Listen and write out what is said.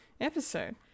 episode